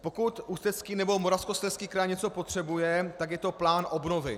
Pokud Ústecký nebo Moravskoslezský kraj něco potřebuje, tak je to plán obnovy.